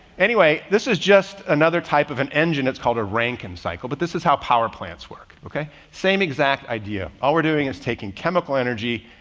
anyway, this is just another type of an engine. it's called a rankine cycle, but this is how power plants work. okay? same exact idea. all we're doing is taking chemical energy,